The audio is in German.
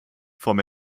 vom